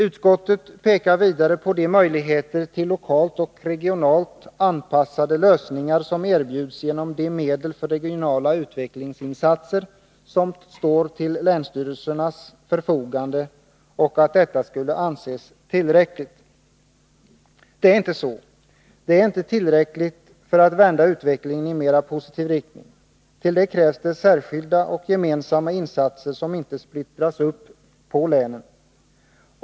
Utskottet pekar vidare på de möjligheter till lokalt och regionalt anpassade lösningar som erbjuds genom de medel för regionala utvecklingsinsatser som står till länsstyrelsernas förfogande och att detta skulle anses tillräckligt. Det är inte så. Det är inte tillräckligt för att vända utvecklingen i en mera positiv riktning. Till det krävs det särskilda och gemensamma insatser som inte splittras upp på länen.